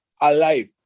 alive